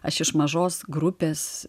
aš iš mažos grupės